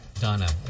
Donna